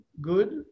Good